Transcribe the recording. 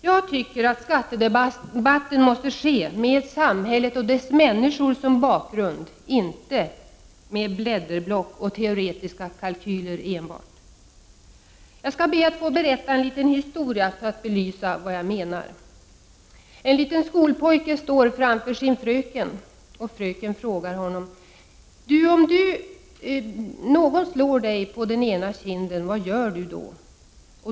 Jag tycker att skattedebatten måste ske med samhället och dess människor som bakgrund, inte enbart med blädderblock och teoretiska kalkyler. Jag skall be att få berätta en liten historia för att belysa vad jag menar: En liten skolpojke står framför sin fröken och fröken frågar honom: Om någon slår dig på ena kinden, vad gör du då?